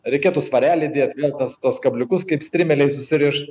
reikėtų svarelį dėti tuos kabliukus kaip strimelei susirišt